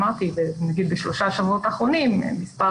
אמרתי נגיד בשלושה השבועות האחרונים מספר